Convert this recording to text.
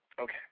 Okay